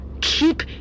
Keep